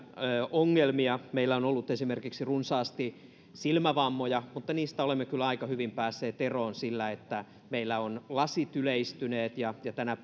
ongelmia meillä on ollut esimerkiksi runsaasti silmävammoja mutta niistä olemme kyllä aika hyvin päässeet eroon sillä että meillä on lasit yleistyneet ja tänä